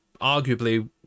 Arguably